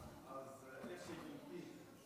עמיתיי חברי